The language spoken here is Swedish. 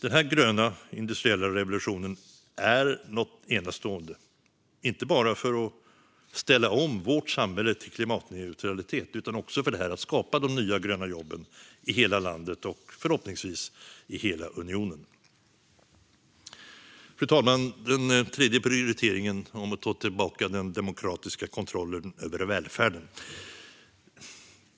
Den här gröna industriella revolutionen är något enastående, inte bara för att ställa om vårt samhälle till klimatneutralitet utan också för att skapa de nya gröna jobben i hela landet och förhoppningsvis i hela unionen. Fru talman! Den tredje prioriteringen är att ta tillbaka den demokratiska kontrollen över välfärden.